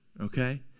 okay